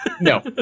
no